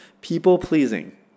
People-pleasing